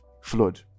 flood